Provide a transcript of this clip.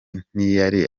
ntiyari